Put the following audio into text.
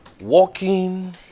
walking